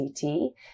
CT